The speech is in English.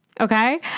Okay